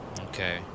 okay